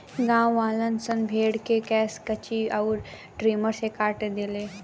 गांववालन सन भेड़ के केश कैची अउर ट्रिमर से काट देले